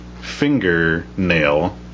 fingernail